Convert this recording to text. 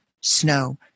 Snow